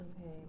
Okay